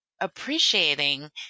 appreciating